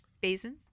Basins